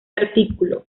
artículo